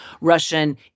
Russian